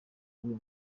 wuyu